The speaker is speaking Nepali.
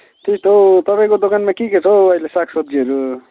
त्यही त हौ तपाईँको दोकानमा के के छ हौ अहिले साग सब्जीहरू